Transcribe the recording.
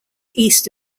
east